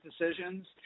decisions